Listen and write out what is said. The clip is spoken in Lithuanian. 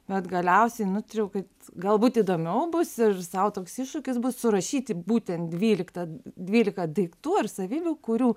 bet galiausiai nutariau kad gal būt įdomiau bus ir sau toks iššūkis bus surašyti būtent dvyliktą dvylika daiktų ar savybių kurių